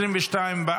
התשפ"ה 2024,